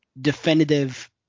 definitive